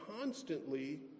constantly